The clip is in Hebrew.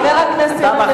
חבר הכנסת יריב לוין,